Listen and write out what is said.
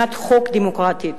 במדינת חוק דמוקרטית.